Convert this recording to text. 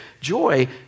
joy